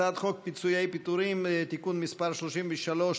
הצעת חוק פיצויי פיטורים (תיקון מס' 33),